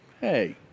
Hey